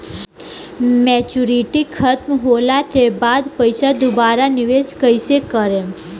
Maturity खतम होला के बाद पईसा दोबारा निवेश कइसे करेम?